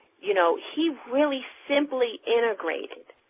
you know, he really simply integrated